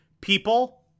people